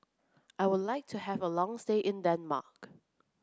I would like to have a long stay in Denmark